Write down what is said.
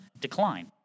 decline